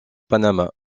panama